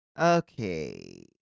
Okay